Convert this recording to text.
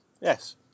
Yes